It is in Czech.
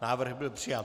Návrh byl přijat.